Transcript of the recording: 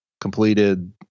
completed